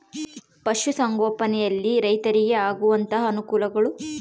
ಪಶುಸಂಗೋಪನೆಯಲ್ಲಿ ರೈತರಿಗೆ ಆಗುವಂತಹ ಅನುಕೂಲಗಳು?